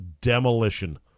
demolition